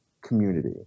community